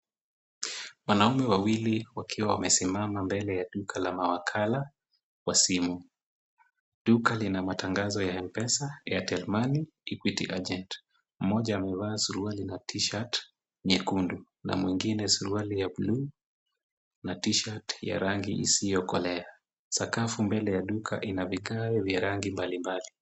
Wanaume wawili wakiwa wamesimama mbele ya duka la mawakala wa simu. Duka lina matangazo la M-Pesa, Airtel money, Equity agent. Mmoja amevaa suarali na tshirt nyekundu na mwingine suruali ya blue na tshirt ya rangi isiokolea. Sakafu mbele ya duka ina vigae vya rangi mbalimbali.